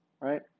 Right